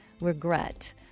regret